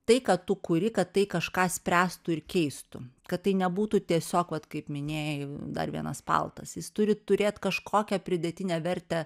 tai ką tu kuri kad tai kažką spręstų ir keistų kad tai nebūtų tiesiog vat kaip minėjai dar vienas paltas jis turi turėt kažkokią pridėtinę vertę